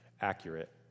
accurate